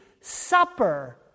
supper